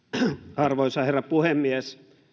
arvoisa herra puhemies